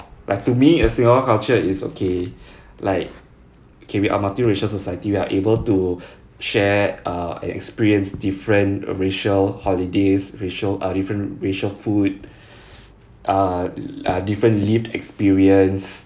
like to me a singapore culture is okay like okay we are multiracial society we are able to share uh and experience different uh racial holidays racial uh different racial food uh different lived experience